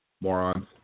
Morons